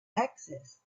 access